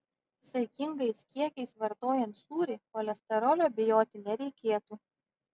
saikingais kiekiais vartojant sūrį cholesterolio bijoti nereikėtų